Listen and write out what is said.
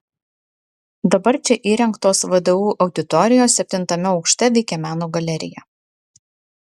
dabar čia įrengtos vdu auditorijos septintame aukšte veikia meno galerija